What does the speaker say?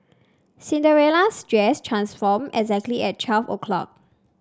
Cinderella's dress transformed exactly at twelve o'clock